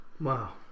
Wow